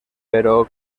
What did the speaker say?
però